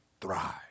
thrive